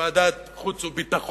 בוועדת חוץ וביטחון.